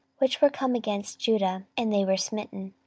which were come against judah and they were smitten.